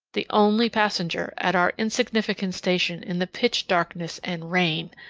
the only passenger, at our insignificant station in the pitch darkness and rain,